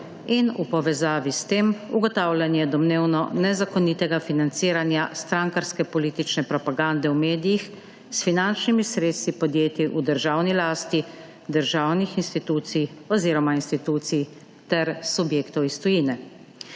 in v povezavi s tem ugotavljanje domnevno nezakonitega financiranja strankarske politične propagande v medijih s finančnimi sredstvi podjetij v državni lasti, državnih institucij oziroma institucij ter subjektov iz tujine.